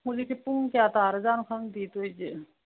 ꯍꯧꯖꯤꯛꯁꯤ ꯄꯨꯡ ꯀꯌꯥ ꯇꯥꯔꯖꯥꯅꯣ ꯈꯪꯗꯦ ꯇꯧꯔꯤꯁꯦ